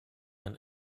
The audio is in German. ein